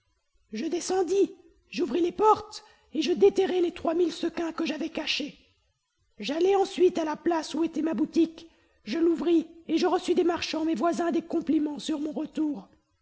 je descendis j'ouvris les portes et je déterrai les trois mille sequins que j'avais cachés j'allai ensuite à la place où était ma boutique je l'ouvris et je reçus des marchands mes voisins des compliments sur mon retour